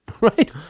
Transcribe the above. Right